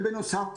בנוסף,